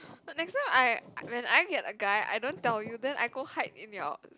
next time I when I get a guy I don't tell you then I go hide in your